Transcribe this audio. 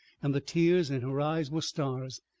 and the tears in her eyes were stars.